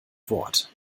wort